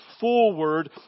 forward